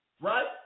right